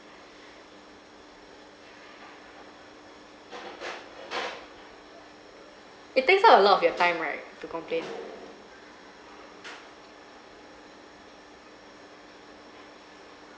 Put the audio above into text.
it takes up a lot of your time right to complain